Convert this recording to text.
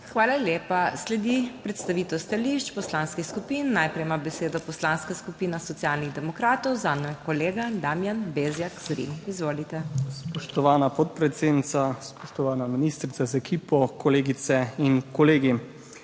Hvala lepa. Sledi predstavitev stališč poslanskih skupin. Najprej ima besedo Poslanska skupina Socialnih demokratov, zanjo kolega Damijan Bezjak Zrim, izvolite. DAMIJAN BEZJAK ZRIM (PS SD): Spoštovana podpredsednica, spoštovana ministrica z ekipo, kolegice in kolegi!